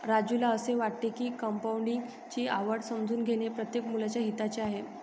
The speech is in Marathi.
राजूला असे वाटते की कंपाऊंडिंग ची आवड समजून घेणे प्रत्येक मुलाच्या हिताचे आहे